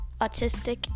autistic